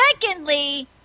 Secondly